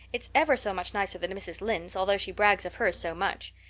it's ever so much nicer than mrs. lynde's, although she brags of hers so much.